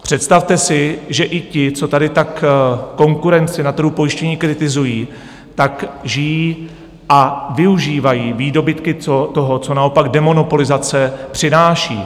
Představte si, že i ti, co tady tak konkurenci na trhu pojištění kritizují, žijí a využívají výdobytky toho, co naopak demonopolizace přináší.